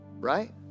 Right